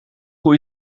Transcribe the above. hoe